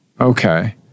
Okay